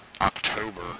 October